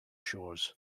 shores